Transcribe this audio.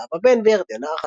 זהבה בן וירדנה ארזי.